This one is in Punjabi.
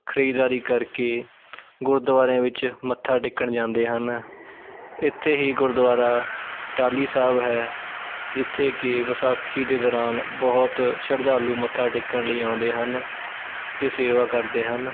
ਖ਼ਰੀਦਦਾਰੀ ਕਰਕੇ ਗੁਰਦੁਆਰਿਆਂ ਵਿੱਚ ਮੱਥਾ ਟੇਕਣ ਜਾਂਦੇ ਹਨ ਇੱਥੇ ਹੀ ਗੁਰਦੁਆਰਾ ਟਾਹਲੀ ਸਾਹਿਬ ਹੈ ਜਿੱਥੇ ਕਿ ਵਿਸਾਖੀ ਦੇ ਦੌਰਾਨ ਬਹੁਤ ਸ਼ਰਧਾਲੂ ਮੱਥਾ ਟੇਕਣ ਲਈ ਆਉਂਦੇ ਹਨ ਅਤੇ ਸੇਵਾ ਕਰਦੇ ਹਨ